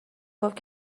گفت